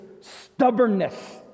stubbornness